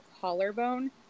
collarbone